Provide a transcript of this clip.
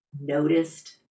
noticed